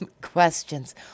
questions